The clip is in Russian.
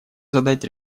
задать